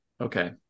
Okay